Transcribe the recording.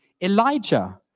Elijah